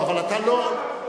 אבל אתה,